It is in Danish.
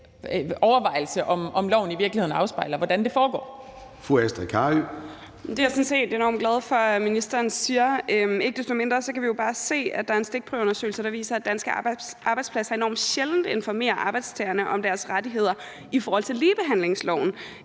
overvejelse, om loven i virkeligheden afspejler, hvordan det foregår. Kl. 10:39 Formanden (Søren Gade): Fru Astrid Carøe. Kl. 10:39 Astrid Carøe (SF): Det er jeg sådan set enormt glad for at ministeren siger. Ikke desto mindre kan vi jo bare se, at der er en stikprøveundersøgelse, der viser, at danske arbejdspladser enormt sjældent informerer arbejdstagerne om deres rettigheder i forhold til ligebehandlingsloven